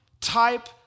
type